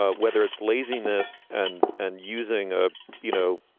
ah whether it's laziness and and using a you know,